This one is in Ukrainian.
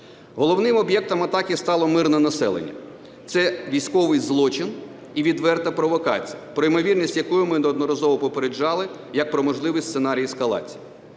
Головним об'єктом атаки стало мирне населення. Це військовий злочин і відверта провокація, про ймовірність якої ми неодноразово попереджали як про можливий сценарій ескалації.